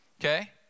okay